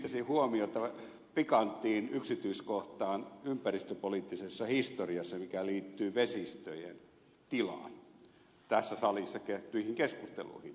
kiinnittäisin huomiota pikanttiin yksityiskohtaan ympäristöpoliittisessa historiassa mikä liittyy vesistöjen tilaan tässä salissa käydyissä keskusteluissa